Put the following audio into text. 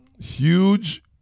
huge